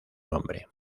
nombre